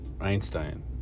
Einstein